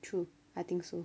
true I think so